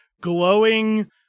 glowing